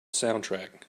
soundtrack